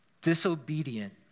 disobedient